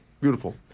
Beautiful